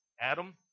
Adam